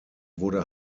wurde